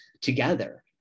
together